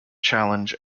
challenge